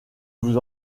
vous